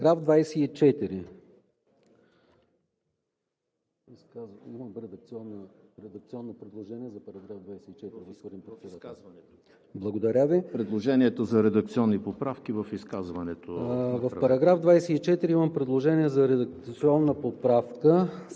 г.“ По § 24 имам предложение за редакционна поправка.